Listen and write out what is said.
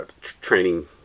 training